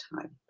time